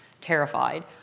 terrified